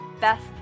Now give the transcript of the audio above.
best